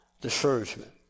Discouragement